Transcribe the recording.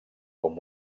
com